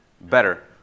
better